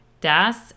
Das